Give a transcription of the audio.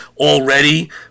already